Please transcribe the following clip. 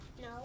No